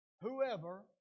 whoever